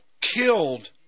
killed